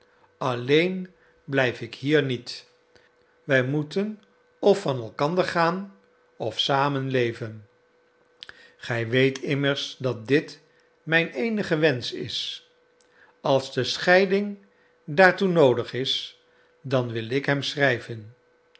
alleen blijf ik hier niet wij moeten of van elkander gaan of te zamen leven gij weet immers dat dit mijn eenige wensch is als de scheiding daartoe noodig is dan wil ik hem schrijven